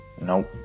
Nope